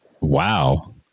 Wow